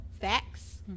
facts